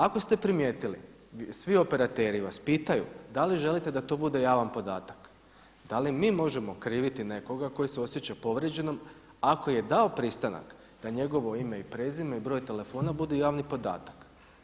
Ako ste primijetili svi operateri vas pitaju da li želite da to bude javan podatak, da li mi možemo kriviti nekoga tko se osjeća povrijeđenim ako je dao pristan da njegovo ime i prezime i broj telefona bude javni podatak.